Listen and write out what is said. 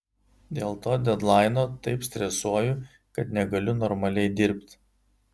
dėl to dedlaino taip stresuoju kad negaliu normaliai dirbt